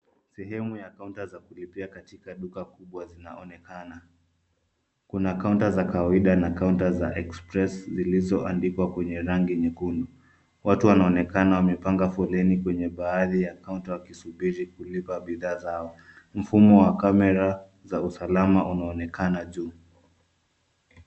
Sehemu ya kaunta za kulipia katika duka kubwa zinaonekana. Kuna kaunta za kawaida na kaunta za express zilizoandikwa kwenye rangi nyekundu. Watu wanaonekana wamepanga foleni kwenye baadhi ya kaunta, wakisubiri kulipa bidhaa zao. Mfumo wa kamera za usalama unaonekana juu.